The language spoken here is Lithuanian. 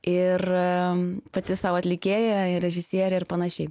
ir pati sau atlikėja ir režisierė ir panašiai